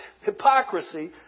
hypocrisy